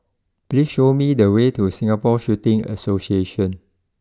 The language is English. please show me the way to Singapore Shooting Association